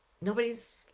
nobody's